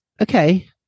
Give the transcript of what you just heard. Okay